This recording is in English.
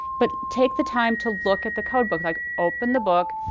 but take the time to look at the code book, like open the book,